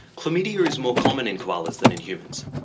chlamydia is more common in koalas than in humans.